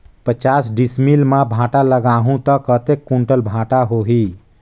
पचास डिसमिल मां भांटा लगाहूं ता कतेक कुंटल भांटा होही?